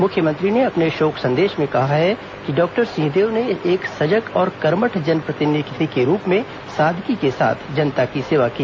मुख्यमंत्री ने अपने शोक संदेश में कहा कि डॉक्टर सिंहदेव ने एक सजग और कर्मठ जनप्रतिनिधि के रूप में सादगी के साथ जनता की सेवा की